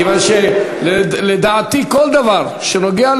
מכיוון שלדעתי כל דבר שנוגע,